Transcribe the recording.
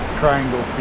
triangle